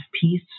peace